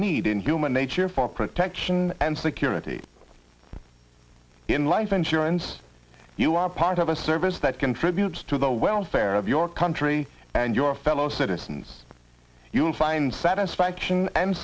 need in human nature for protection and security in life insurance you are part of a service that contributes to the welfare of your country and your fellow citizens you will find satisfaction and